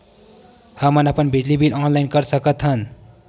हमन अपन बिजली बिल ऑनलाइन कर सकत हन?